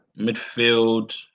midfield